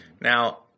now